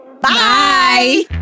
bye